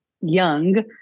young